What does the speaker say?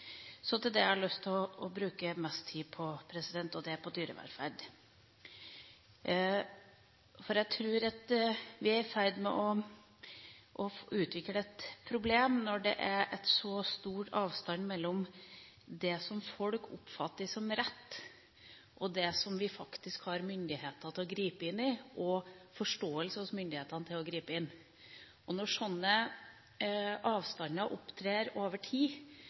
Det jeg har lyst til å bruke mest tid på, er temaet dyrevelferd. Jeg tror vi er i ferd med å utvikle et problem, når det er så stor avstand mellom det som folk oppfatter som rett, og det som vi faktisk har myndighet til å gripe inn i, og forståelse for å gripe inn i. Når slike avstander opptrer over tid,